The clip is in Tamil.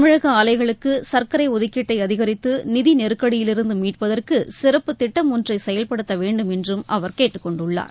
தமிழக ஆலைகளுக்கு சர்க்கரை ஒதுக்கீட்டை அதிகரித்து நிதி நெருக்கடியிலிருந்து மீட்பதற்கு சிறப்புத் திட்டம் ஒன்றை செயல்படுத்த வேண்டும் என்றும் அவர் கேட்டுக்கொண்டுள்ளார்